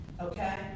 okay